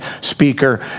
speaker